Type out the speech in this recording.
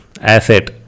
asset